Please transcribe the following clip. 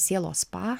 sielos spa